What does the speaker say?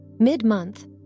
Mid-month